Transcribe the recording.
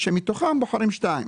שמתוכן בוחרים שתיים